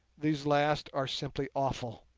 these last are simply awful.